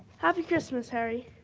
happy christmas, harry.